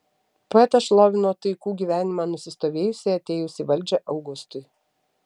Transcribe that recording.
poetas šlovino taikų gyvenimą nusistovėjusį atėjus į valdžią augustui